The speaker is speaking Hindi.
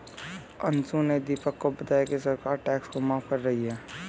अंशु ने दीपक को बताया कि सरकार टैक्स को माफ कर रही है